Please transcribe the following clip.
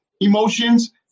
emotions